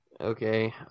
Okay